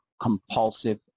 compulsive